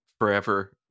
forever